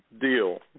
deal